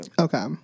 okay